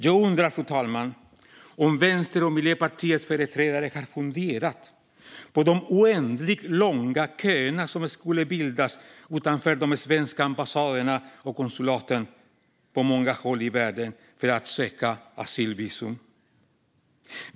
Jag undrar, fru talman, om Vänsterpartiets och Miljöpartiets företrädare har funderat på de oändligt långa köer som skulle bildas utanför de svenska ambassaderna och konsulaten på många håll i världen för ansökan om asylvisum.